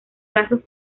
lazos